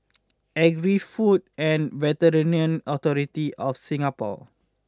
Agri Food and Veterinary Authority of Singapore